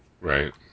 right